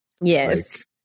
Yes